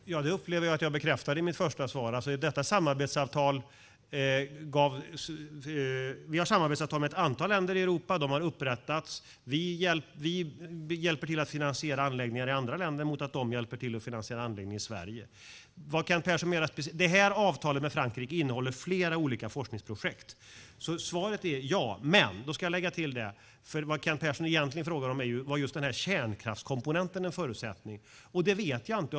Fru talman! Ja, det upplevde jag att jag bekräftade i mitt första svar. Vi har samarbetsavtal med ett antal länder i Europa. De har upprättats. Vi hjälper till att finansiera anläggningar i andra länder mot att de hjälper till att finansiera en anläggning i Sverige. Avtalet med Frankrike innehåller flera olika forskningsprojekt. Svaret är alltså ja, men jag ska lägga till något. Vad Kent Persson menar är ju om just kärnkraftskomponenten var en förutsättning. Det vet jag inte.